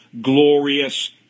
glorious